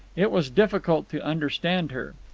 it was difficult to understand her.